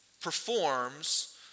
performs